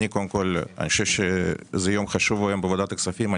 אני חושב שזה יום חשוב בוועדת הכספים.